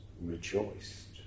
rejoiced